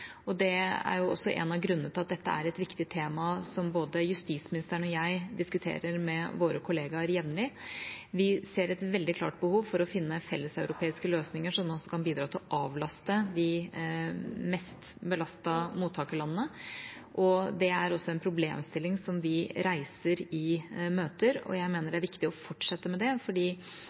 og det er også en av grunnene til at dette er et viktig tema som både justisministeren og jeg diskuterer med våre kollegaer jevnlig. Vi ser et veldig klart behov for å finne felleseuropeiske løsninger som nå kan bidra til å avlaste de mest belastede mottakerlandene, og det er også en problemstilling vi reiser i møter. Jeg mener det er viktig å fortsette med det,